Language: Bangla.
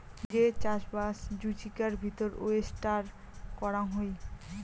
যে চাষবাস জুচিকার ভিতর ওয়েস্টার করাং হই